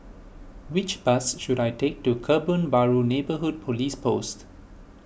which bus should I take to Kebun Baru Neighbourhood Police Post